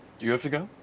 you have to go?